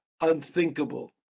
unthinkable